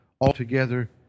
altogether